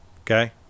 Okay